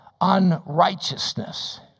unrighteousness